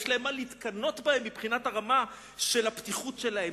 יש להם מה להתקנא בהם מבחינת הרמה של הפתיחות שלהם,